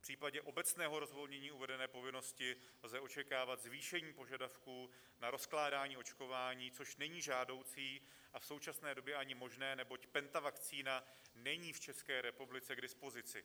V případě obecného rozvolnění uvedené povinnosti lze očekávat zvýšení požadavků na rozkládání očkování, což není žádoucí a v současné době ani možné, neboť pentavakcína není v České republice k dispozici.